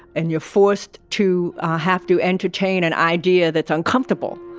and you're forced to have to entertain an idea that's uncomfortable,